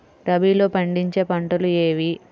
రబీలో పండించే పంటలు ఏవి?